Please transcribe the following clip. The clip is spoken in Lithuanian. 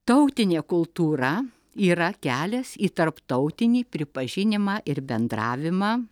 tautinė kultūra yra kelias į tarptautinį pripažinimą ir bendravimą